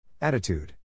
Attitude